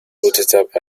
prototype